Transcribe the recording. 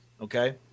Okay